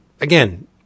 again